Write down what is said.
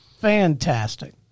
Fantastic